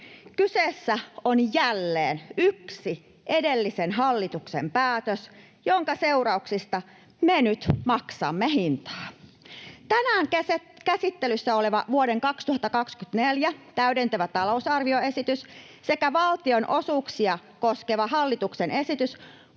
Kyseessä on jälleen yksi edellisen hallituksen päätös, jonka seurauksista me nyt maksamme hintaa. Tänään käsittelyssä oleva vuoden 2024 täydentävä talousarvioesitys sekä valtionosuuksia koskeva hallituksen esitys